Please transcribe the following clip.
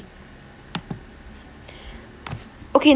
okay